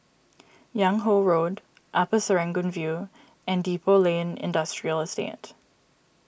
Yung Ho Road Upper Serangoon View and Depot Lane Industrial Estate